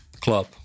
club